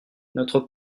notre